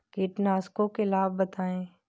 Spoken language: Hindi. कीटनाशकों के लाभ बताएँ?